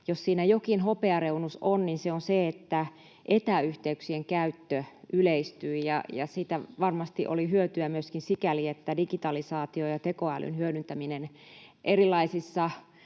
jos siinä jokin hopeareunus on, niin se on se, että etäyhteyksien käyttö yleistyi. Siitä varmasti oli hyötyä myöskin sikäli, että digitalisaation ja tekoälyn hyödyntäminen erilaisissa